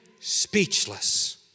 speechless